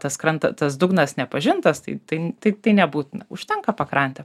tas kranta tas dugnas nepažintas tai tai tai tai nebūtina užtenka pakrante